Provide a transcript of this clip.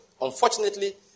Unfortunately